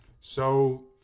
So-